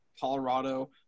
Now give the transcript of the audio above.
Colorado